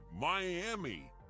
Miami